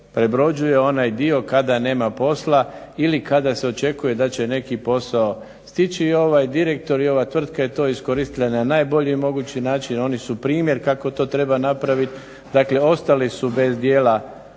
prebrođuje onaj dio kada nema posla ili kada se očekuje da će neki posao stići. Ovaj direktor i ova tvrtka je to iskoristila na najbolji mogući način, oni su primjer kako to treba napravit. Dakle ostali su bez dijela